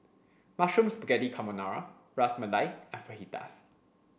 Mushroom Spaghetti Carbonara Ras Malai and Fajitas